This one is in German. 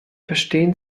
verstehen